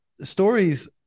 stories